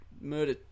murder